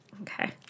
Okay